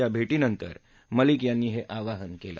या भेटीनंतर मलिक यांनी हे आवाहन केलं